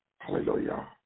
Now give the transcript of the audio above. Hallelujah